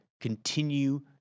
continue